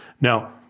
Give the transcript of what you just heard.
Now